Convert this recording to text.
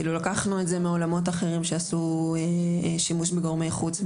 לקחנו את זה מעולמות אחרים שהסתייעו בגורמי חוץ.